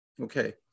okay